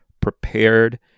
prepared